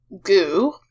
Goo